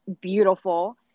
beautiful